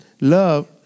love